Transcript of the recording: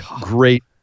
great